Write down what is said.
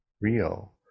real